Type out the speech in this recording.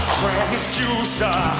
transducer